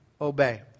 obey